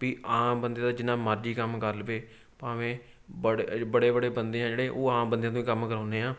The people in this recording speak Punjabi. ਵੀ ਆਮ ਬੰਦੇ ਦਾ ਜਿੰਨਾ ਮਰਜ਼ੀ ਕੰਮ ਕਰ ਲਵੇ ਭਾਵੇਂ ਬੜ ਬੜੇ ਬੜੇ ਬੰਦੇ ਆ ਜਿਹੜੇ ਉਹ ਆਮ ਬੰਦਿਆਂ ਤੋਂ ਹੀ ਕੰਮ ਕਰਾਉਂਦੇ ਹਾਂ